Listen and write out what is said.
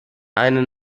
eine